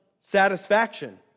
satisfaction